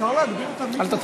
אפשר להגביר את המיקרופון קצת?